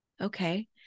Okay